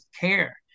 care